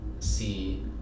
see